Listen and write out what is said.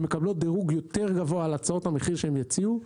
הן מקבלות דירוג יותר גבוה על הצעות המחיר שהן יציעו.